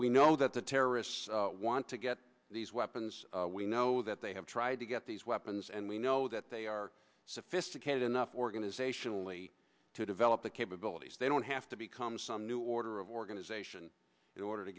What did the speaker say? we know that the terrorists want to get these weapons we know that they have tried to get these weapons and we know that they are sophisticated enough organizationally to develop the capabilities they don't have to be comes some new order of organization in order to